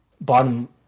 bottom